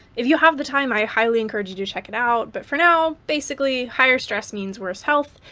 if you have the time, i highly encourage you to check it out, but for now, basically, higher stress means worse health,